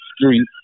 street